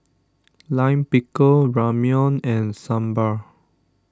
Lime Pickle Ramyeon and Sambar